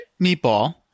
Meatball